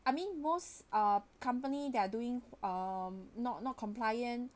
I mean most are company they're doing um not not compliant